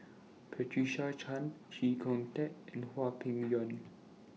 Patricia Chan Chee Kong Tet and Hwang Peng Yuan